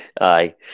Aye